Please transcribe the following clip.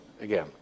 Again